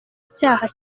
icyaha